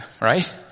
right